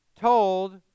told